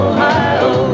Ohio